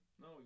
No